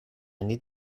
need